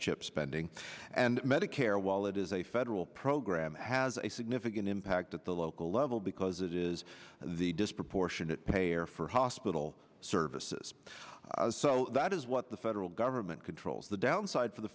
chip spending and medicare while it is a federal program has a significant impact at the local level because it is the disproportionate payer for hospital services so that is what the federal government controls the downsides of the